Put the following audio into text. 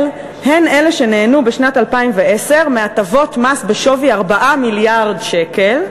הן שנהנו בשנת 2010 מהטבות מס בשווי 4 מיליארד שקל,